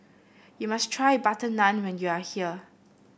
you must try butter naan when you are here